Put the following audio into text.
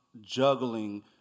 juggling